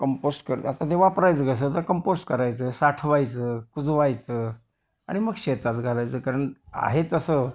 compost कर आता ते वापरायचं कसं तर कंपोस्ट करायचं साठवायचं कुजवायचं आणि मग शेतात घालायचं कारण आहे तसं